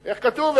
איך כתוב?